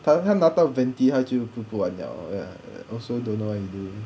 他拿到 venti 他就不玩了 lor I also don't know what he do